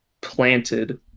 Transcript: planted